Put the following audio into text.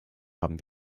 haben